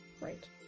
Right